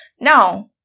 Now